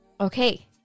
Okay